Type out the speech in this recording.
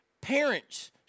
parents